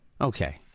Okay